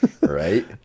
Right